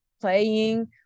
playing